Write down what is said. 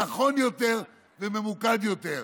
נכון יותר וממוקד יותר.